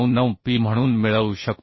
599P म्हणून मिळवू शकतो